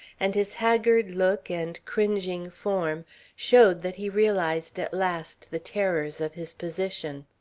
and his haggard look and cringing form showed that he realized at last the terrors of his position.